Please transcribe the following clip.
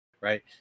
Right